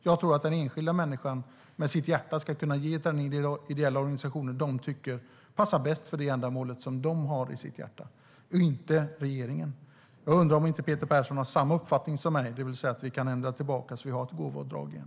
Jag tror att den enskilda människan med sitt hjärta ska kunna ge till den ideella organisation de tycker passar bäst, inte regeringen. Jag undrar om inte Peter Persson har samma uppfattning som jag, det vill säga att vi kan ändra tillbaka så att vi har ett gåvoavdrag.